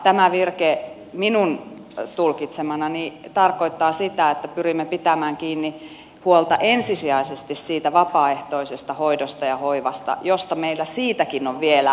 tämä virke minun tulkitsemanani tarkoittaa sitä että pyrimme pitämään huolta ensisijaisesti siitä vapaaehtoisesta hoidosta ja hoivasta josta meillä siitäkin on vielä puutetta